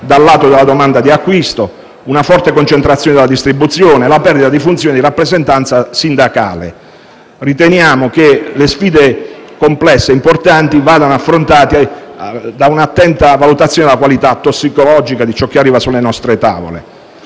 dal lato della domanda di acquisto; una forte concentrazione della distribuzione e la perdita della funzione di rappresentanza sindacale. Riteniamo che le sfide importanti e complesse vadano affrontate con una attenta valutazione della qualità tossicologica di ciò che arriva sulle nostre tavole.